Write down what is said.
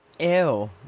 Ew